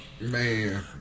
Man